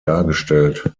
dargestellt